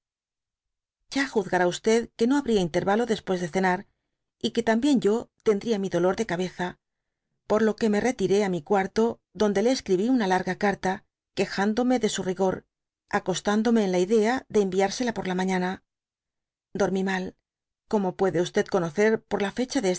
nadie ya juzgará que no habría intervalo después de cenar y que también yo tendría mi dolor de cabeza por lo que me retiré i mi cuarto dondele escribi una larga carta quejaiidome de su rigor acostándome en la idea de enviársela por la mañana dormi mal como puede conocer por la fecha de